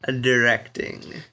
directing